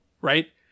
right